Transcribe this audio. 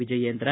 Vijayendra